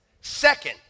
Second